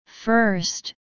First